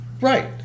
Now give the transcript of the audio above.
Right